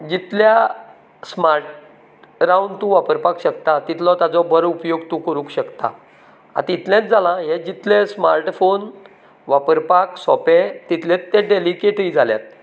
जितल्या smart रावन तूं वापरपाक शकता तितलो ताजो बरो उपयोग तूं करूंक शकता आतां इतलेंच जाला हे जितलें स्मार्ट फोन वापरपाक सोपें तितलेंच तें डेलीकेटूय जाल्यात